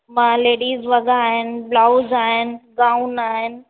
मां लेडीज वॻा आहिनि ब्लाउज आहिनि गाउन आहिनि